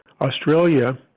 Australia